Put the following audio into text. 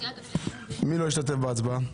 מי לא השתתף בהצבעה?